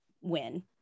win